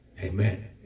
Amen